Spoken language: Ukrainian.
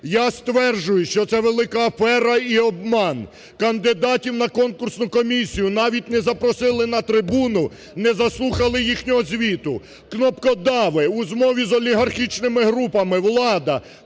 Я стверджую, що це велика афера і обман: кандидатів на конкурсну комісію навіть не запросили на трибуну, не заслухали їхнього звіту, кнопкодави у змові з олігархічними групами, влада